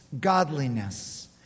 godliness